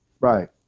Right